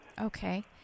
Okay